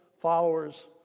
followers